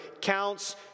counts